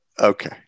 Okay